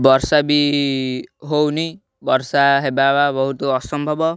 ବର୍ଷା ବି ହେଉନି ବର୍ଷା ହେବା ବହୁତ ଅସମ୍ଭବ